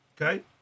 Okay